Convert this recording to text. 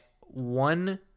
one